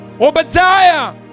Obadiah